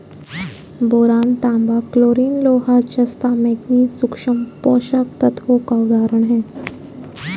boron, तांबा, chlorine, लोहा, जस्ता, मैंगनीज सूक्ष्म पोषक तत्वों के उदाहरण हैं